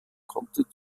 konnte